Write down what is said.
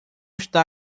está